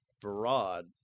broad